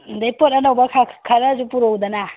ꯑꯗꯩ ꯄꯣꯠ ꯑꯅꯧꯕ ꯈꯔꯁꯨ ꯄꯨꯔꯛꯎꯗꯅ